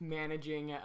managing